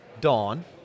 Dawn